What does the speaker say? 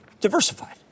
Diversified